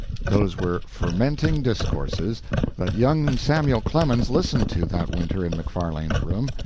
those were fermenting discourses that young samuel clemens listened to that winter in macfarlane's room,